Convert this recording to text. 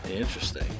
Interesting